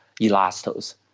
Elastos